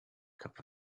cup